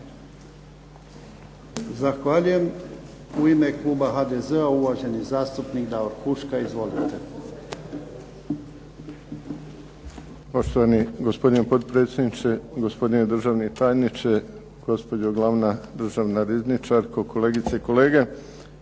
Zahvaljujem. U ime kluba HDZ-a uvaženi zastupnik Davor Huška. Izvolite.